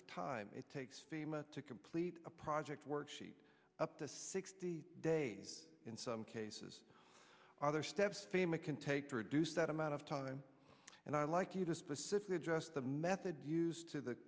of time it takes to complete a project worksheet up to sixty days in some cases are other steps fame it can take to reduce that amount of time and i'd like you to specifically address the method used to